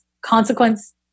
consequence